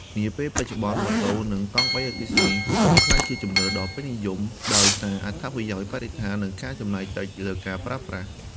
នាពេលបច្ចុប្បន្ន ម៉ូតូ និងកង់អគ្គិសនី កំពុងក្លាយជាជម្រើសដ៏ពេញនិយម ដោយសារអត្ថប្រយោជន៍បរិស្ថាន និងការចំណាយតិចលើការប្រើប្រាស់។